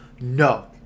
No